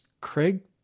Craig